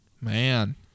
Man